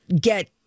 get